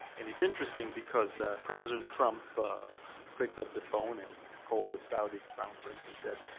and it's interesting because president trump picked up the phone and called the saudi crown prince and said,